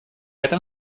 этом